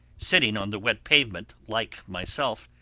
sitting on the wet pavement like myself,